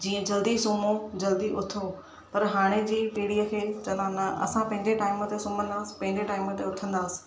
जीअं जल्दी सुम्हू जल्दी उथो पर हाणे जी पीढ़ीअ खे चवंदा न असां पंहिंजे टाईम ते सुम्हंदासि पंहिंजे टाईम ते उथंदासि